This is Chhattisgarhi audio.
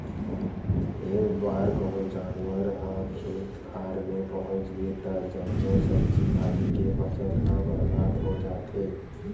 एक बार कहूँ जानवर ह खेत खार मे पहुच गे त जम्मो सब्जी भाजी के फसल ह बरबाद हो जाथे